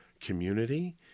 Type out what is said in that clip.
community